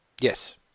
Yes